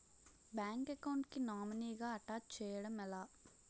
Bank account కి nominee గా attach చేయడం ఎలా?